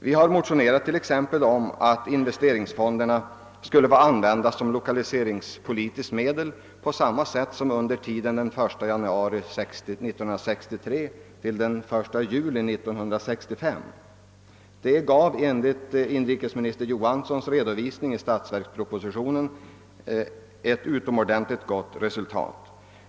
Vi har t.ex. motionerat om att investeringsfonderna skulle få användas såsom lokaliseringspolitiskt medel på samma sätt som under tiden från den 1 januari 1963 till den 1 juli 1965 — en användning som enligt inrikesministerns redovisning gav ett utomordentligt gott resultat.